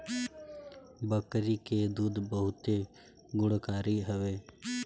बकरी के दूध बहुते गुणकारी हवे